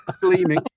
gleaming